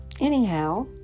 anyhow